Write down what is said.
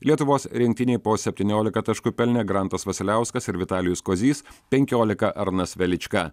lietuvos rinktinei po septyniolika taškų pelnė grantas vasiliauskas ir vitalijus kozys penkiolika arnas velička